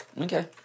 Okay